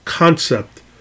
Concept